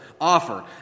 offer